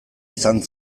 izan